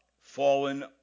fallen